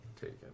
taken